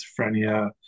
schizophrenia